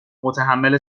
متحمل